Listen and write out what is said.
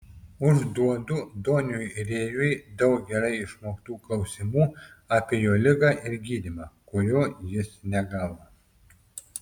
užduodu doniui rėjui daug gerai išmoktų klausimų apie jo ligą ir gydymą kurio jis negavo